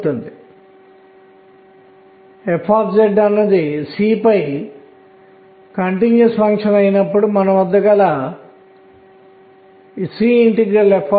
కాబట్టి ఈ స్థాయిలు విభజించబడతాయి మరియు అందువల్ల స్పెక్ట్రమ్ వర్ణపటంలోని రేఖలు కూడా విభజించబడతాయి